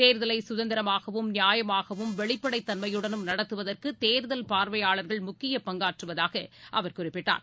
தேர்தலை சுதந்திரமாகவும் நியாயமாகவும் வெளிப்படை தன்மையுடன் நடத்துவதற்கு தேர்தல் பார்வையாளர்கள் முக்கிய பங்காற்றுவதாக அவர் குறிப்பிட்டார்